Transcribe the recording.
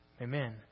amen